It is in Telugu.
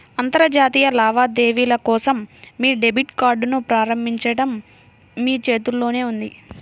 అంతర్జాతీయ లావాదేవీల కోసం మీ డెబిట్ కార్డ్ని ప్రారంభించడం మీ చేతుల్లోనే ఉంది